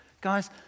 Guys